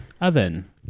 oven